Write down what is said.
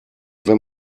wenn